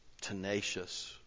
tenacious